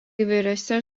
įvairiuose